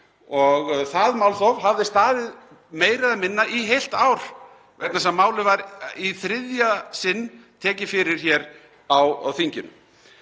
Það málþóf hafði staðið meira eða minna í heilt ár vegna þess að málið var í þriðja sinn tekið fyrir hér á þinginu.